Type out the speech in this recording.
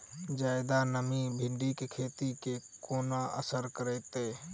जियादा नमी भिंडीक खेती केँ कोना असर करतै?